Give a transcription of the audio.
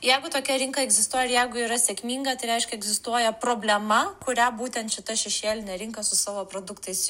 jeigu tokia rinka egzistuoja ir jeigu yra sėkminga tai reiškia egzistuoja problema kurią būtent šita šešėlinė rinka su savo produktais